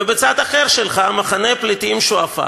ובצד אחר שלך מחנה הפליטים שועפאט,